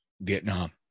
Vietnam